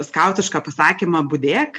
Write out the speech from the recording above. skautišką pasakymą budėk